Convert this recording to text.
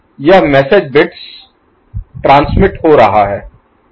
यह message Message संदेश bits transmit हो रहा है